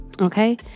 Okay